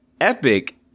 Epic